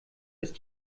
ist